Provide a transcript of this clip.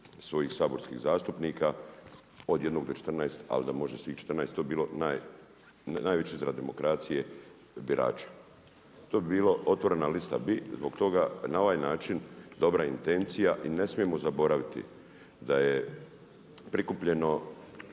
svojih saborskih zastupnika. Od 1 do 14 ali da može svih 14 to bi bilo najveći izraz demokracije birača. To bi bila otvorena lista. Zbog toga na ovaj način dobra intencija i ne smijemo zaboraviti da je prikupljeno